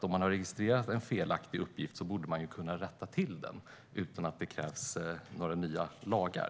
Om man har registrerat en felaktig uppgift borde den kunna rättas till utan att det krävs några nya lagar.